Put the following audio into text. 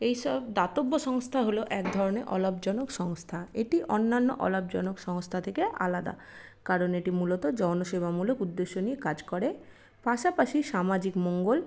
এই সব দাতব্য সংস্থা হলো এক ধরনের অলাভজনক সংস্থা এটি অন্যান্য অলাভজনক সংস্থা থেকে আলাদা কারণ এটি মূলত জনসেবামূলক উদ্দেশ্য নিয়ে কাজ করে পাশাপাশি সামাজিক মঙ্গল